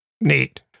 Neat